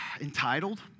entitled